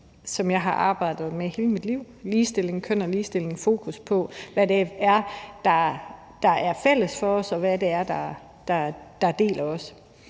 som jeg har arbejdet med hele mit liv, nemlig køn og ligestilling og et fokus på, hvad det er, der er fælles for os, og hvad det er, der deler os.